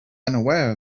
unaware